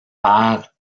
père